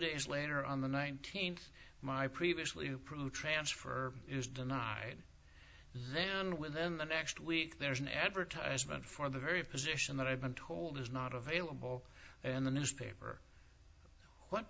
days later on the nineteenth my previously approved transfer is denied then within the next week there's an advertisement for the very position that i've been told is not available in the newspaper what